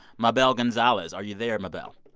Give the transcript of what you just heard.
mabelle gonzalez. are you there, mabelle?